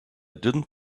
didn’t